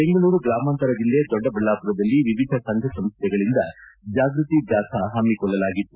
ಬೆಂಗಳೂರು ಗ್ರಾಮಾಂತರ ಜಿಲ್ಲೆ ದೊಡ್ಡಬಳ್ಳಾಪುರದಲ್ಲಿ ವಿವಿಧ ಸಂಘ ಸಂಸ್ಥೆಗಳಿಂದ ಜಾಗೃತಿ ಜಾಥಾ ಹಮ್ಮಿಕೊಳ್ಳಲಾಗಿತ್ತು